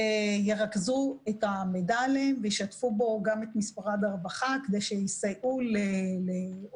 וירכז את המידע עליהם וישתף בו גם את משרד הרווחה כדי שיסייעו לעובדים